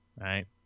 right